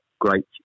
great